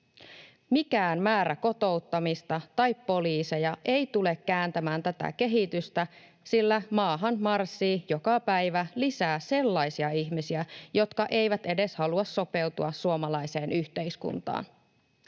Mikään määrä kotouttamista tai poliiseja ei tule kääntämään tätä kehitystä, sillä maahan marssii joka päivä lisää sellaisia ihmisiä, jotka eivät edes halua sopeutua suomalaiseen yhteiskuntaan.